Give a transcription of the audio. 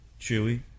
Chewy